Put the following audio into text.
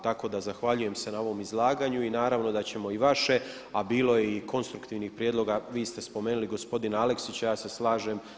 Tako da zahvaljujem se na ovom izlaganju i naravno da ćemo i vaše a bilo je i konstruktivnih prijedloga, vi ste spomenuli gospodina Aleksića, ja sam slažem.